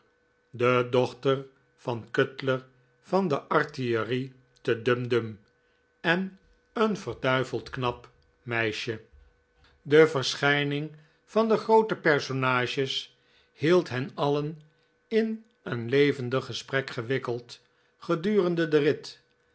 de dochter van cutler van de artillerie te dumdum en een verduiveld knap meisje de verschijning van de groote personages hield hen alien in een levendig gesprek gewikkeld gedurende den rit